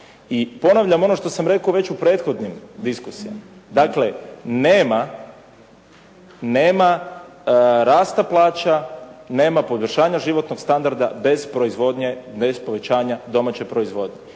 ponavljam ono što sam već rekao u prethodnim diskusijama, dakle nema rasta plaća, nema poboljšanja životnog standarda bez proizvodnje,